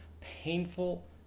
painful